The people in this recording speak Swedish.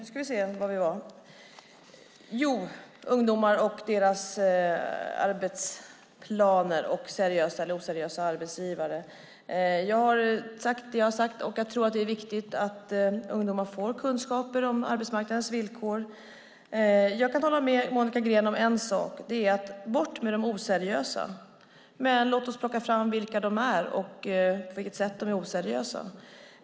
Herr talman! Vi talade om ungdomar, deras arbetsplaner och seriösa och oseriösa arbetsgivare. Jag står för det jag har sagt. Jag tror att det är viktigt att ungdomar får kunskaper om arbetsmarknadens villkor. Jag kan hålla med Monica Green om en sak, nämligen att de oseriösa ska bort. Men låt oss ta fram vilka de är och på vilket sätt de är oseriösa.